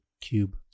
cube